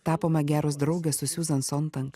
tapome geros draugės su siuzan sontank